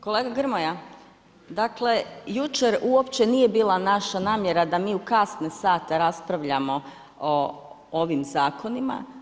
Kolega Grmoja, dakle jučer uopće nije bila naša namjera da mi u kasne sate raspravljamo o ovim zakonima.